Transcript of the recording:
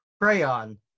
crayon